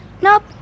Nope